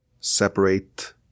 separate